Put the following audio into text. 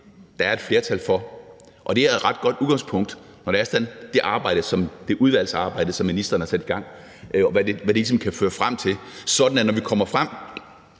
der er et flertal for, og det er et ret godt udgangspunkt i forbindelse med det udvalgsarbejde, som ministeren har sat i gang, og hvad det ligesom kan føre frem til, sådan at vi, når vi kommer frem